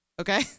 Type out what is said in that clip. Okay